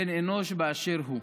בן אנוש באשר הוא.